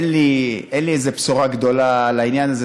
אין לי בשורה גדולה לעניין הזה.